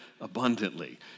abundantly